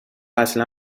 اصلا